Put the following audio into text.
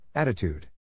Attitude